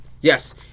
Yes